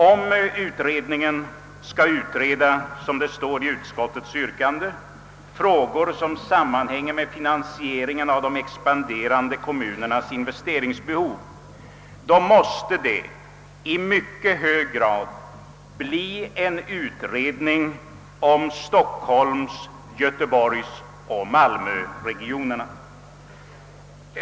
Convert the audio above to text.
Om utredningen, som det står i ut skottets hemställan, skall utreda de frågor som sammanhänger med finansieringen av de expanderande kommunernas investeringsbehov, måste det i mycket hög grad bli en utredning om behoven inom stockholms-, göteborgsoch malmöregionerna.